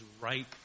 right